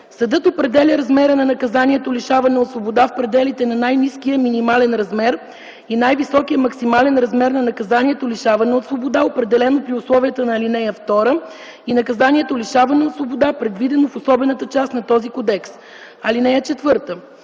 Съдът определя размера на наказанието лишаване от свобода в пределите на най-ниския минимален размер и най-високия максимален размер на наказанието лишаване от свобода, определено при условията на ал. 2, и наказанието лишаване от свобода, предвидено в Особената част на този кодекс. (4)